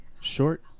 short